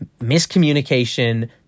Miscommunication